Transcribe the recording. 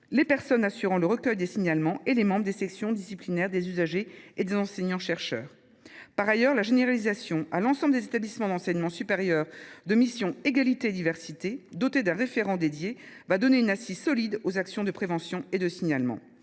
les personnes assurant le recueil des signalements et les membres des sections disciplinaires des usagers et des enseignants chercheurs. Par ailleurs, la généralisation à l’ensemble des établissements d’enseignement supérieur de missions « égalité et diversité », dotées d’un référent dédié, donnera une assise solide aux actions de prévention et de signalement.